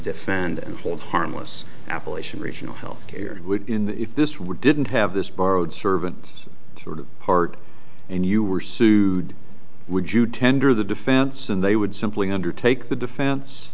hold harmless appalachian regional health care in that if this were didn't have this borrowed servant sort of part and you were sued would you tender the defense and they would simply undertake the defense